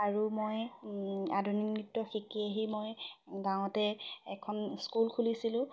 আৰু মই আধুনিক নৃত্য শিকি আহি মই গাঁৱতে এখন স্কুল খুলিছিলোঁ